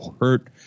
hurt